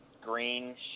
green